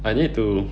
I need to